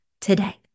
today